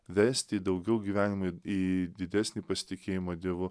vesti daugiau gyvenimui į didesnį pasitikėjimą dievu